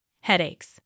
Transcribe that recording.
headaches